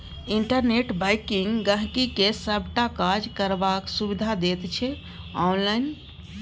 internet banking गांहिकी के सबटा काज करबाक सुविधा दैत छै आनलाइन